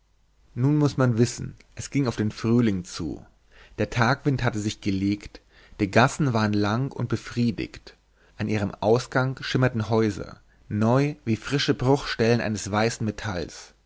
nun muß man wissen es ging auf den frühling zu der tagwind hatte sich gelegt die gassen waren lang und befriedigt an ihrem ausgang schimmerten häuser neu wie frische bruchstellen eines weißen metalls